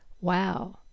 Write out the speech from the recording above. Wow